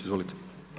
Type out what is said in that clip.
Izvolite.